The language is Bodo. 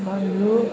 बानलु